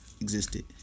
existed